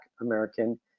American